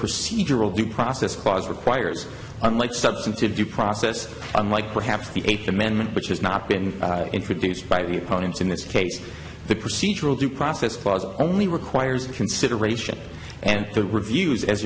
procedural due process clause requires unlike substantive due process unlike perhaps the eighth amendment which has not been introduced by the opponents in this case the procedural due process clause only requires consideration and the reviews as